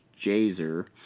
Jazer